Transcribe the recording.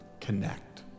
Connect